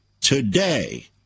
today